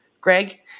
Greg